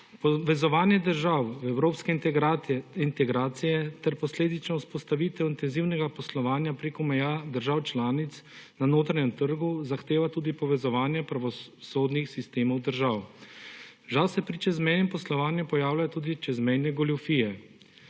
Povezovanje držav v evropske integracije ter posledična vzpostavitev intenzivnega poslovanja preko meja držav članic na notranjem trgu zahteva tudi povezovanje pravosodnih sistemov držav. Žal se pri čezmejnem poslovanju pojavljajo tudi čezmejne goljufije.